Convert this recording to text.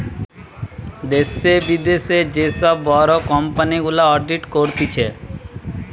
দ্যাশে, বিদ্যাশে যে সব বড় কোম্পানি গুলা অডিট করতিছে